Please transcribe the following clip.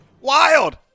Wild